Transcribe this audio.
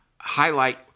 highlight